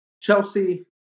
Chelsea